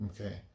Okay